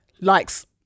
likes